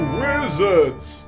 wizards